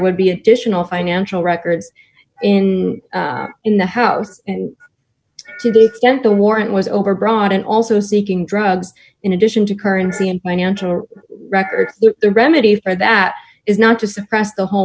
would be additional financial records in in the house and to the extent the warrant was overbroad and also seeking drugs in addition to currency and financial records the remedy for that is not to suppress the whole